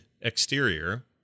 exterior